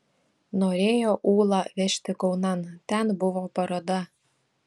norėjo ūlą vežti kaunan ten buvo paroda